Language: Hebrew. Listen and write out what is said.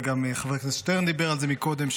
וגם חבר הכנסת שטרן דיבר על זה קודם,